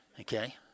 Okay